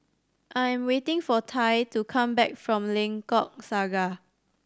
I am waiting for Tai to come back from Lengkok Saga